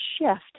shift